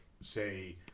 say